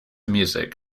music